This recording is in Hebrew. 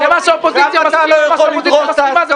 גם אתה לא יכול לדרוס את ההסכמות.